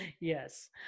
Yes